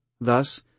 Thus